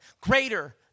greater